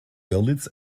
görlitz